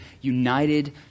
united